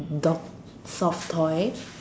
dog soft toy